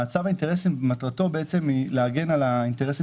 צו האינטרסים מטרתו להגן על האינטרסים